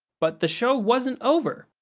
but the show wasn't over.